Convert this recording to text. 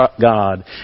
God